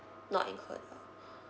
not included